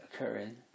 occurring